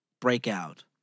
breakout